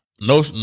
no